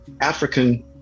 African